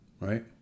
right